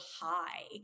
high